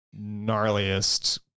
gnarliest